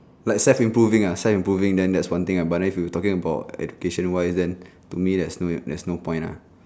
like self improving uh self improving then that's one thing but then if you talking about education wise then to me there's no ya there's no point lah